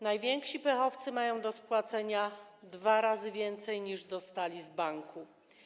Najwięksi pechowcy mają do spłacenia dwa razy więcej, niż dostali z banku.